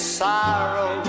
sorrow